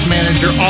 Manager